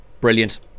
Brilliant